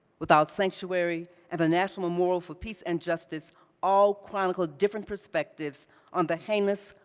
without sanctuary, and the national memorial for peace and justice all chronicle different perspectives on the heinous,